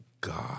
God